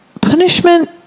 punishment